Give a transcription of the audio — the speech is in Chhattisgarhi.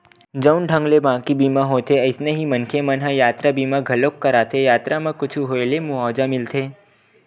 जउन ढंग ले बाकी बीमा होथे अइसने ही मनखे मन ह यातरा बीमा घलोक कराथे यातरा म कुछु होय ले मुवाजा मिलथे